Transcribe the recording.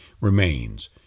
remains